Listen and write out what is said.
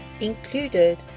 included